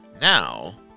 Now